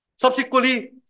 Subsequently